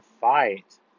fight